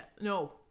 No